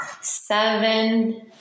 Seven